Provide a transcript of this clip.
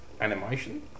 animation